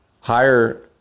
higher